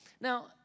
Now